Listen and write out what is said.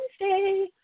Wednesday